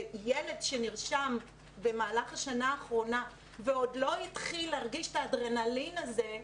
ילד שנרשם במהלך השנה האחרונה ועוד לא התחיל להרגיש את האדרנלין הזה,